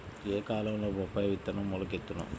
ఏ కాలంలో బొప్పాయి విత్తనం మొలకెత్తును?